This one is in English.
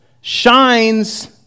shines